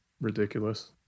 ridiculous